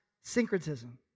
syncretism